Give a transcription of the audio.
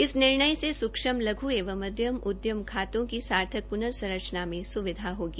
इस निर्णय से सूक्षम लघ् एवं मध्यम उद्यम खातों की सार्थक प्नर्सरचना में सुविधा होगी